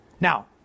Now